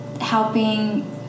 helping